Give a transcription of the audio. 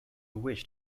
wish